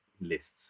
lists